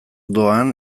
doan